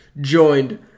joined